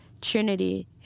Trinity